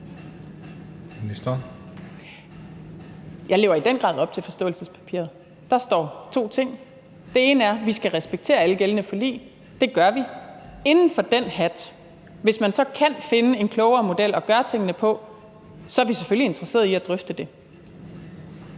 Jeg lever i den grad op til forståelsespapiret. Der står to ting. Den ene er, at vi skal respektere alle gældende forlig, og det gør vi. Hvis man så under samme hat kan finde en klogere måde at gøre tingene på, er vi selvfølgelig interesserede i at drøfte det.